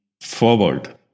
forward